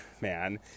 man